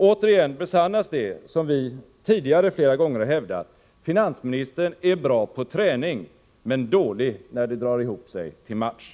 Återigen besannas det som vi tidigare flera gånger har hävdat: Finansministern är bra på träning men dålig när det drar ihop sig till match.